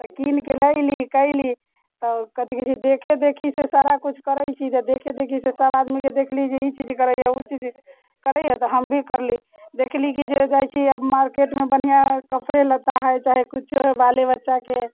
तऽ कीन कऽ लयली कयली कथी कहैत छै देखे देखीसँ सारा किछु करैत छी तऽ देखे देखीसँ सारा आदमीकेँ देखली जे ई चीज करैए ओ चीज करैए तऽ हम भी करली देखली कि जे जाइत छी आब मार्केटमे बढ़िआँ कपड़े लत्ता हइ चाहे किछो हइ बाले बच्चाके